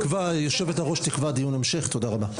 יושבת הראש תקבע דיון המשך, תודה רבה.